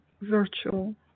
virtual